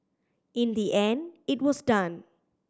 in the end it was done